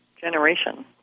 generation